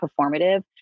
performative